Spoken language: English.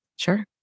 Sure